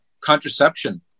contraception